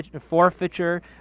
forfeiture